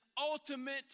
ultimate